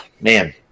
man